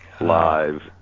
live